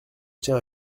tiens